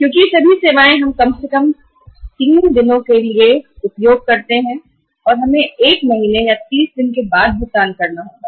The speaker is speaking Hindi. क्योंकि यह सारी सेवाएं हमें कम से कम 30 दिनों के लिए उपलब्ध है और हमें 1 महीने या 30 दिन के बाद भुगतान करना होगा